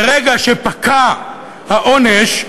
ברגע שפקע העונש,